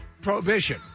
Prohibition